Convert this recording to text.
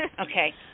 Okay